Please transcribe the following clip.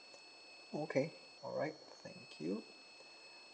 okay alright thank you